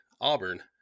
Auburn